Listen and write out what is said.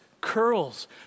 curls